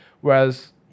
Whereas